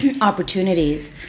opportunities